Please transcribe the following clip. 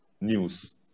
news